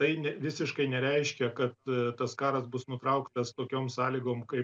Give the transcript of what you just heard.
tai ne visiškai nereiškia kad tas karas bus nutrauktas tokiom sąlygom kaip